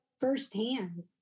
firsthand